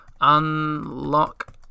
Unlock